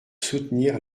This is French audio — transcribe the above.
soutenir